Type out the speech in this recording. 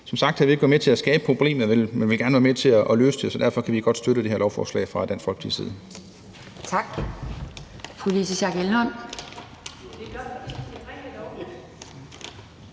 som sagt har vi ikke været med til at skabe problemet, men vil gerne være med til at løse det, så derfor kan vi fra Dansk Folkepartis side